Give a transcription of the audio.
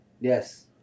yes